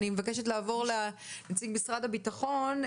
אני מבקשת לעבור לנציג משרד הבטחון,